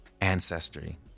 ancestry